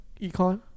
econ